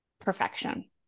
perfection